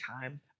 time